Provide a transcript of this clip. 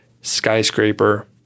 skyscraper